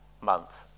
month